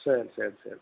சரி சரி சரி